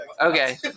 Okay